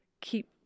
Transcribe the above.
keep